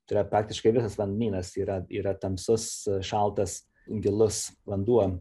tai yra praktiškai visas vandenynas yra yra tamsus šaltas gilus vanduo